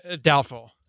Doubtful